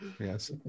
Yes